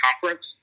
conference